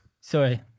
Sorry